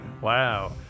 Wow